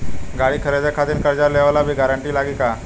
गाड़ी खरीदे खातिर कर्जा लेवे ला भी गारंटी लागी का?